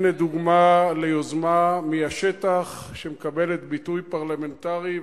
הנה דוגמה ליוזמה מהשטח שמקבלת ביטוי פרלמנטרי,